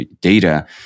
data